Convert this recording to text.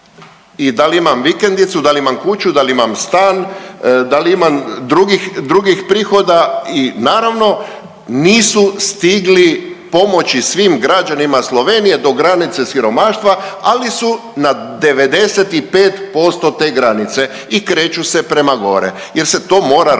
i da li imam vikendicu, da li imam stan, da li imam drugih, drugih prihoda i naravno nisu stigli pomoći svim građanima Slovenije do granice siromaštva, ali su na 95% te granice i kreću se prema gore jer se to mora raditi,